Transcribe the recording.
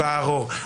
ברור.